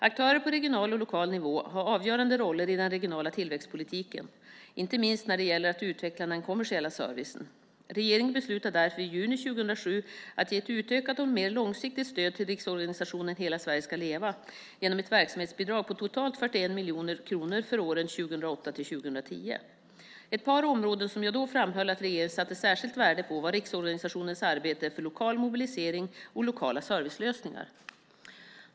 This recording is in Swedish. Aktörer på regional och lokal nivån har avgörande roller i den regionala tillväxtpolitiken, inte minst när det gäller att utveckla den kommersiella servicen. Regeringen beslutade därför i juni 2007 att ge ett utökat och mer långsiktigt stöd till riksorganisationen Hela Sverige ska leva genom ett verksamhetsbidrag på totalt 41 miljoner kronor för åren 2008-2010. Ett par områden som jag då framhöll att regeringen satte särskilt värde på var riksorganisationens arbete för lokal mobilisering och lokala servicelösningar.